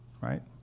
Right